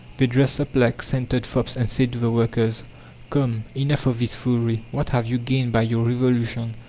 they dressed up like scented fops and said to the workers come, enough of this foolery! what have you gained by your revolution?